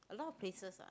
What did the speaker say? a lot of places ah